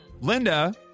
Linda